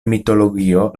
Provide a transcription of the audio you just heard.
mitologio